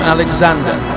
Alexander